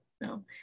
no